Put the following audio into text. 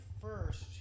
first